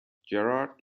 gerhard